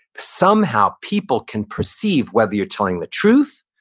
somehow, people can perceive whether you're telling the truth,